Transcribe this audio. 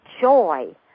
joy